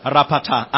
Rapata